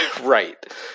Right